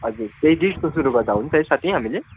हजुर त्यही दिउँसो सुरु गर्दा हुन्छ है साथी हामीले